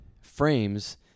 frames